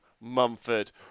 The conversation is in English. Mumford